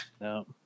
No